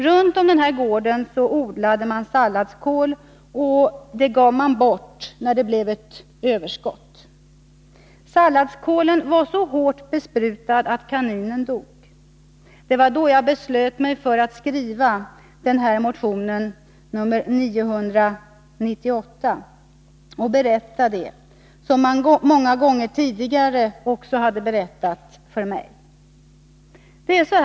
Runt om den här gården odlade man salladskål, som man gav bort när det blev överskott. Salladskålen var så hårt besprutad att kaninen dog. Det var då jag beslöt mig för att skriva den här motionen, nr 998, och berätta det som man många gånger tidigare också hade berättat för mig.